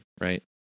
right